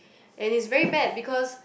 and is very bad because